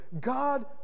God